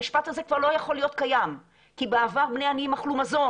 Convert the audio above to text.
המשפט הזה כבר לא יכול להיות קיים כי בעבר בני עניים אכלו מזון.